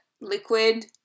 liquid